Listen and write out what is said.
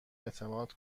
اعتماد